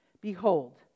Behold